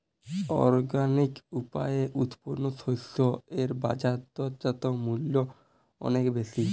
organic উপায়ে উৎপন্ন শস্য এর বাজারজাত মূল্য অনেক বেশি